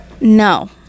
No